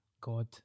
god